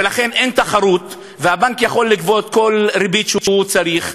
ולכן אין תחרות והבנק יכול לגבות כל ריבית שהוא צריך,